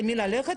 למי ללכת?